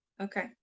okay